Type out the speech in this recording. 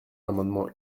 l’amendement